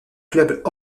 clubs